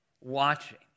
watching